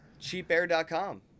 Cheapair.com